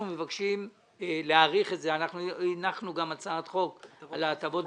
אנחנו גם הנחנו הצעת חוק על ההטבות